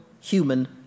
human